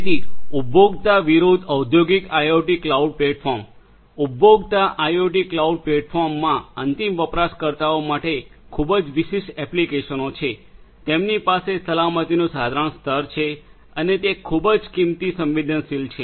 તેથી ઉપભોક્તા વિરુદ્ધ ઔદ્યોગિક આઇઓટી ક્લાઉડ પ્લેટફોર્મ ઉપભોક્તા આઇઓટી ક્લાઉડ પ્લેટફોર્મમાં અંતિમ વપરાશકારો માટે ખૂબ જ વિશિષ્ટ એપ્લિકેશનો છે તેમની પાસે સલામતીનું સાધારણ સ્તર છે અને તે ખૂબ જ કિંમતી સંવેદનશીલ છે